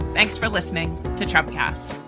thanks for listening to trump cast